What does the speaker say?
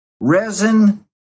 resin